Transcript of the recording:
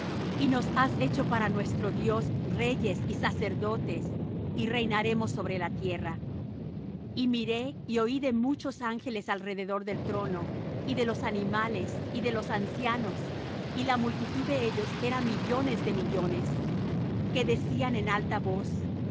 y nos has hecho para nuestro dios reyes y sacerdotes y reinaremos sobre la tierra y miré y oí voz de muchos ángeles alrededor del trono y de los animales y de los ancianos y la multitud de ellos era millones de millones que decían en alta voz